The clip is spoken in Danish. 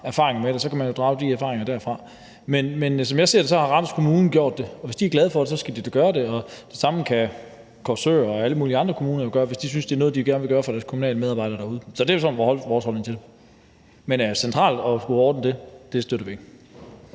erfaring med det, for så kan man jo trække på de erfaringer derfra. Men som jeg ser det, har Randers Kommune gjort det, og hvis de er glade for det, skal de da gøre det. Det samme kan Korsør og alle mulige andre kommuner gøre, hvis de synes, det er noget, de gerne vil gøre for deres kommunale medarbejdere derude. Det er vores holdning til det. Men at skulle ordne det centralt støtter vi ikke.